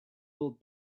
will